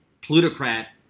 plutocrat